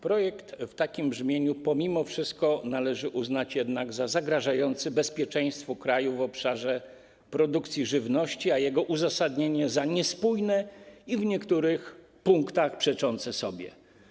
Projekt w takim brzmieniu pomimo wszystko należy uznać za jednak zagrażający bezpieczeństwu kraju w obszarze produkcji żywności, a jego uzasadnienie - za niespójne i w niektórych punktach przeczące samemu sobie.